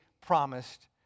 promised